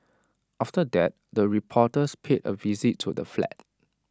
after that the reporters paid A visit to the flat